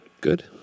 Good